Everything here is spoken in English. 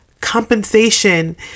compensation